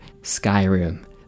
Skyrim